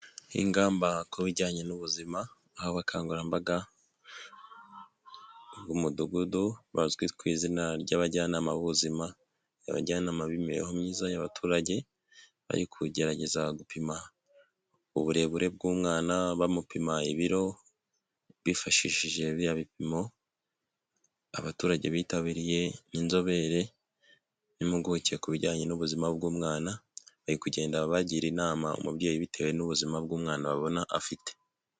Ingamba ku bijyanye n'ubuzima aho abakangurambaga b'umudugudu, bazwi ku izina ry'abajyanama b'ubuzima, abajyanama b'imibereho myiza y'abaturage, bari kugerageza gupima uburebure bw'umwana, bamupima ibiro, bifashishije biriya bipimo, abaturage bitabiriye, n'inzobere, n'impuguke ku bijyanye n'ubuzima bw'umwana bari kugenda bagira inama umubyeyi bitewe n'ubuzima bw'umwana babona afite.